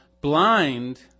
blind